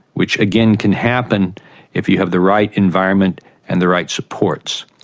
which again can happen if you have the right environment and the right supports.